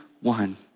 one